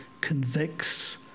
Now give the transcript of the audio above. convicts